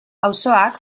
auzoak